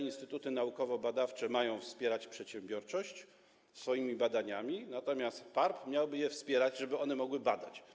Instytuty naukowo-badawcze mają wspierać przedsiębiorczość swoimi badaniami, natomiast PARP miałaby je wspierać, żeby one mogły badać.